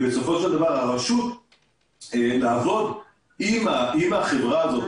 הרשות תעבוד עם החברה הזאת,